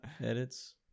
edits